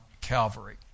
Calvary